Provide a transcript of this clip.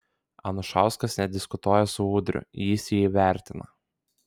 anušauskas nediskutuoja su udriu jis jį vertina